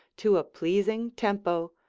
to a pleasing tempo,